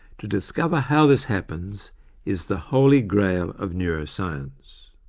to discover how this happens is the holy grail of neuroscience.